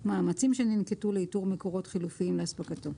מאמצים שננקטו לאיתור מקורות חלופיים לאספקתו".